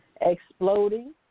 Exploding